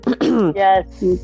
Yes